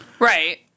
Right